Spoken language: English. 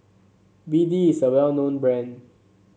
B D is a well known brand